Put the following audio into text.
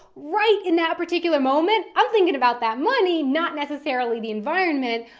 right in that particular moment i'm thinking about that money, not necessarily the environment,